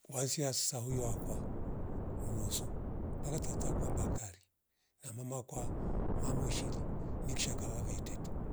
Waasia sahuyu waka mumwoso paka tata kwaba kari na mama kwa mamushili nikshaka wave teta